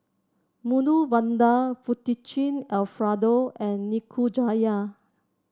Medu Vada Fettuccine Alfredo and Nikujaga